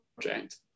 project